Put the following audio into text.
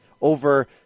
over